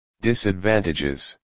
Disadvantages